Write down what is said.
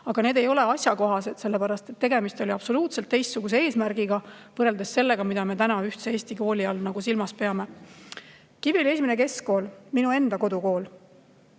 näited ei ole asjakohased ka sellepärast, et tegemist oli absoluutselt teistsuguse eesmärgiga võrreldes sellega, mida me täna ühtse Eesti kooli all silmas peame. Kiviõli I Keskkool, minu enda kodukool,